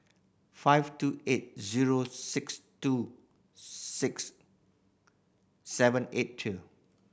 five two eight zero six two six seven eight two